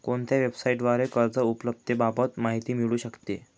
कोणत्या वेबसाईटद्वारे कर्ज उपलब्धतेबाबत माहिती मिळू शकते?